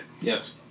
Yes